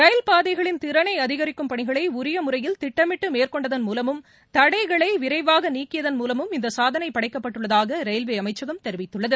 ரயில் பாதைகளின் திறனைஅதிகரிக்கும் பணிகளைஉரியமுறையில் திட்டமிட்டுமேற்கொண்டதன் மூலமும் தடைகளைவிரைவாகநீக்கியதன் மூலமும் இந்தசாதனைபடைக்கப்பட்டுள்ளதாகரயில்வேஅமைச்சகம் தெரிவித்துள்ளது